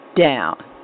down